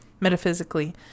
metaphysically